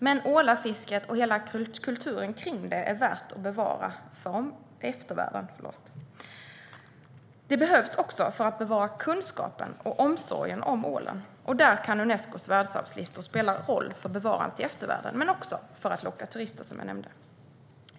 Men ålafisket och hela kulturen kring det är värda att bevara för eftervärlden och behövs också för att bevara kunskapen och omsorgen om ålen. Där kan Unescos världsarvslista spela roll för bevarandet till eftervärlden men också för att locka turister, som jag nämnde.